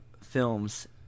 films